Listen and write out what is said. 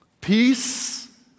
Peace